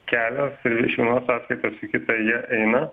kelias ir iš vienos sąskaitos į kitą jie eina